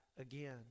again